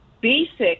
basic